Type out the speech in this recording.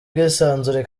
bwisanzure